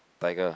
tiger